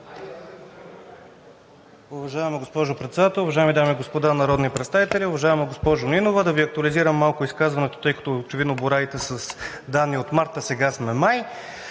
Уважаема госпожо Председател, уважаеми дами и господа народни представители! Уважаема госпожо Нинова, да Ви актуализирам малко изказването, тъй като очевидно боравите с данни от март, а сега сме май.